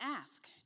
ask